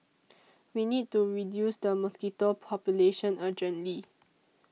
we need to reduce the mosquito population urgently